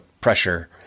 pressure